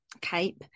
cape